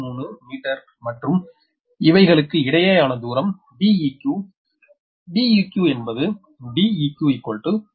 0473 metre மற்றும் இவைகளுக்கு இடையேயான தூரம் Deq Deq என்பது Deq 6